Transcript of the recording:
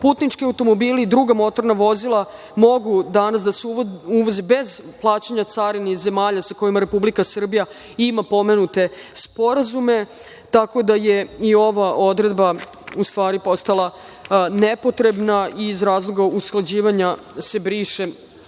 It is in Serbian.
putnički automobili i druga motorna vozila mogu danas da se uvoze bez plaćanja carine iz zemalja sa kojima Republika Srbija ima pomenute sporazume, tako da je i ova odredba u stvari postala nepotrebna i iz razloga usklađivanja se briše.